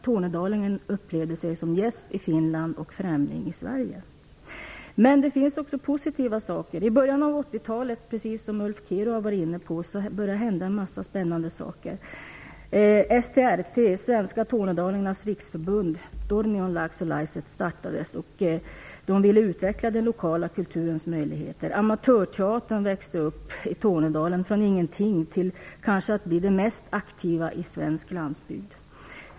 Tornedalingen upplevde sig som gäst i Finland och främling i Sverige. Men det finns också positiva saker. Precis som Ulf Kero var inne på, började en massa spännande saker hända i början av 80-talet. STRT, Svenska tornedalingarnas riksförbund, Tornionlaaaksolaiset, startades, och de ville utveckla den lokala kulturens möjligheter. Amatörteatern växte i Tornedalen från ingenting till den kanske mest aktiva i svensk landsbygd.